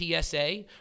TSA